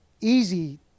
easy